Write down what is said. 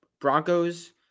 Broncos